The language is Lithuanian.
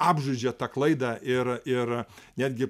apžaidžiat tą klaidą ir ir netgi